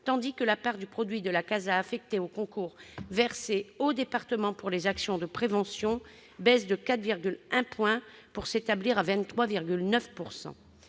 tandis que la part du produit de la CASA affectée aux concours versés aux départements pour les actions de prévention diminue de 4,1 points, pour s'établir à 23,9 %.